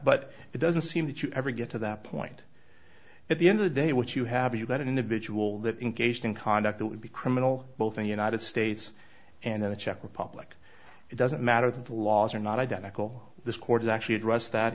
but it doesn't seem that you ever get to that point at the end of the day what you have you got an individual that engaged in conduct that would be criminal both in the united states and in the czech republic it doesn't matter that the laws are not identical this court is actually addressed that